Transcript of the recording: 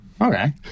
okay